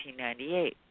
1998